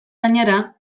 gainera